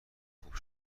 خوب